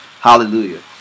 Hallelujah